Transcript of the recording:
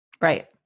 Right